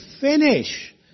finish